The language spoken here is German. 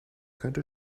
könnte